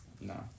No